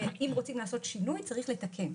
אם רוצים לעשות שינוי צריך לתקן,